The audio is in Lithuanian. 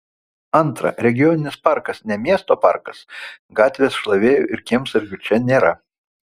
antra regioninis parkas ne miesto parkas gatvės šlavėjų ir kiemsargių čia nėra